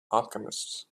alchemists